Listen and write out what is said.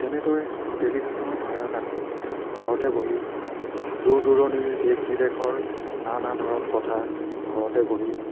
তেনেদৰে টেলিভিছনৰ সহায়ত আমি ঘৰতে বহি দূৰ দূৰণিৰ দেশ বিদেশৰ নানা ধৰণ কথা ঘৰতে বহি